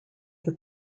that